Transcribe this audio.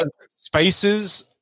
Spaces